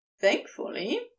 Thankfully